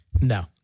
No